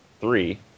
three